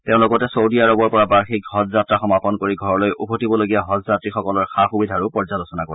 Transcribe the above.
তেওঁ লগতে ছৌদি আৰবৰ পৰা বাৰ্ষিক হজ যাত্ৰা সমাপন কৰি ঘৰলৈ উভতিবলগীয়া হজযাত্ৰীসকলৰ সা সুবিধাৰো পৰ্যালোচনা কৰে